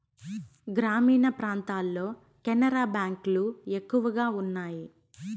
గ్రామీణ ప్రాంతాల్లో కెనరా బ్యాంక్ లు ఎక్కువ ఉన్నాయి